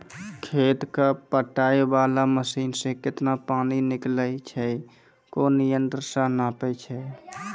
खेत कऽ पटाय वाला मसीन से केतना पानी निकलैय छै कोन यंत्र से नपाय छै